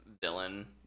villain